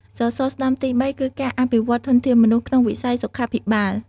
សសរស្តម្ភទី៣គឺការអភិវឌ្ឍធនធានមនុស្សក្នុងវិស័យសុខាភិបាល។